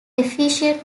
efficient